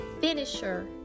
finisher